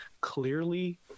clearly